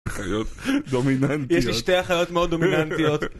חיות דומיננטיות יש לי שתי אחיות מאוד דומיננטיות